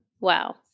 Wow